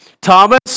Thomas